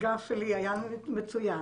גם שלי, היה מצוין.